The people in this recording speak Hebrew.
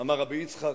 אמר רבי יצחק,